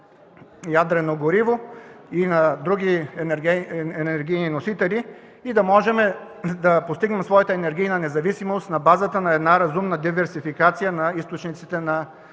ядрено гориво и на други енергийни носители, за да можем да постигнем своята енергийна независимост на базата на една разумна диверсификация на източниците на